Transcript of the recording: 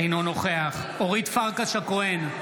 אינו נוכח אורית פרקש הכהן,